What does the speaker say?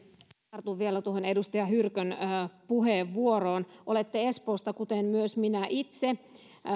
tartun vielä tuohon edustaja hyrkön puheenvuoroon olette espoosta kuten myös minä itse